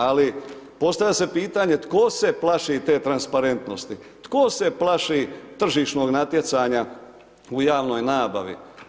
Ali postavlja se pitanje tko se plaši te transparentnosti, tko se plaši tržišnog natjecanja u javnoj nabavi.